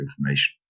information